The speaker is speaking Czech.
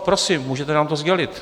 Prosím, můžete nám to sdělit?